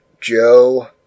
Joe